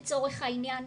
לצורך העניין,